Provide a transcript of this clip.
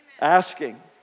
Asking